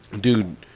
dude